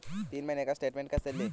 तीन महीने का स्टेटमेंट कैसे लें?